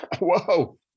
whoa